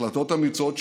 החלטות אמיצות,